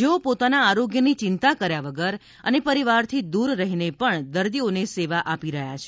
જેઓ પોતાના આરોગ્યની ચિંતા કર્યા વગર અને પરિવારથી દૂર રહીને પણ દર્દીઓને સેવા આપી રહ્યા છે